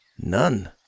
None